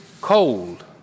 cold